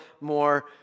more